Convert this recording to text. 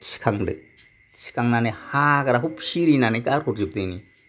थिखांदो थिखांनानै हाग्राखौ फिरिनानै गारहरजोबदो नोङो